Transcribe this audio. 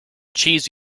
cheese